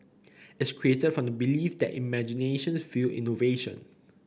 its created from the belief that imagination fuel innovation